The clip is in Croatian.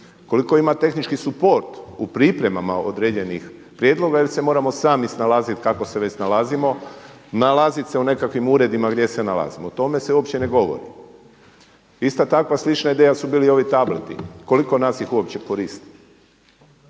Koliko ima tehnički support u pripremama određenih prijedloga ili se moramo sami snalaziti kako se već snalazimo, nalaziti se u nekakvim uredima gdje se nalazimo, o tome se uopće ne govori. Ista takva slična ideja su bili i ovi tableti. Koliko nas ih uopće koristi?